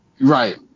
Right